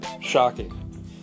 Shocking